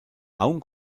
aun